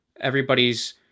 everybody's